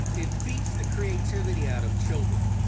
it beats the creativity out of children.